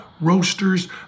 roasters